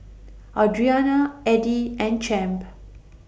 Audriana Eddy and Champ